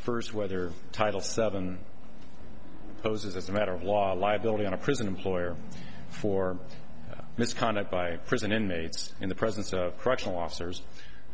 first whether title seven poses as a matter of law a liability in a prison employer for misconduct by prison inmates in the presence of correctional officers